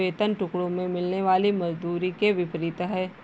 वेतन टुकड़ों में मिलने वाली मजदूरी के विपरीत है